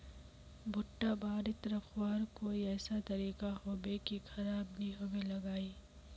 भुट्टा बारित रखवार कोई ऐसा तरीका होबे की खराब नि होबे लगाई?